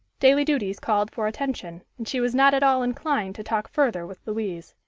daily duties called for attention, and she was not at all inclined to talk further with louise.